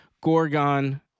Gorgon